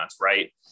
right